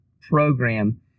program